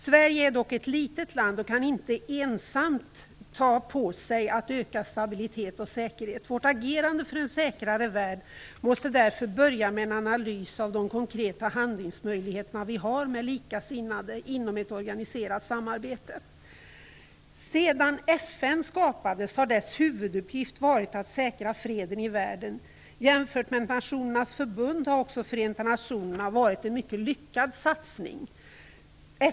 Sverige är dock ett litet land och kan inte ensamt ta på sig att öka stabilitet och säkerhet. Vårt agerande för en säkrare värld måste därför börja med en analys av de konkreta handlingsmöjligheter som vi tillsammans med likasinnade har inom ett organiserat samarbete. Sedan FN skapades har dess huvuduppgift varit att säkra freden i världen. Jämfört med Nationernas förbund har Förenta nationerna varit en mycket lyckad satsning.